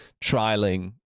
trialing